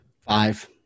Five